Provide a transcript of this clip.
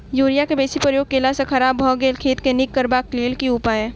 Urea केँ बेसी प्रयोग केला सऽ खराब भऽ गेल खेत केँ नीक करबाक लेल की उपाय?